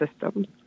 systems